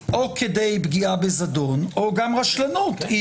או כדי פגיעה בזדון, או גם רשלנות.